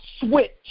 switch